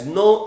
no